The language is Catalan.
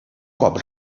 cop